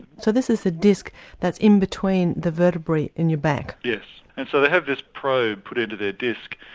so this is the disc that's in between the vertebrae in your back? yes, and so they have this probe put into their disc,